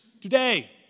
today